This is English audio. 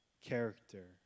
character